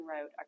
wrote